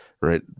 right